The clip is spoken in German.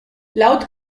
laut